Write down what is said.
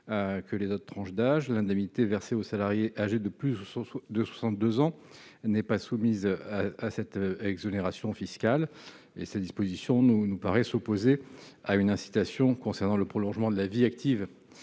aux autres tranches d'âges. L'indemnité versée au salarié âgé de plus de 62 ans n'est pas soumise à une exonération fiscale. Cette disposition s'oppose aux incitations concernant le prolongement de la vie active